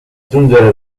giungere